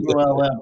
ULM